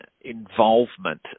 involvement